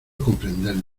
comprenderlo